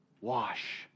Wash